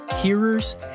hearers